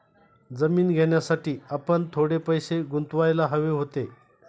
जमीन घेण्यासाठी आपण थोडे पैसे गुंतवायला हवे होते